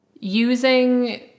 using